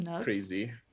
crazy